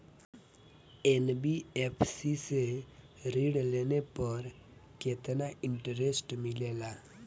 NBFC से ऋण लेने पर केतना इंटरेस्ट मिलेला?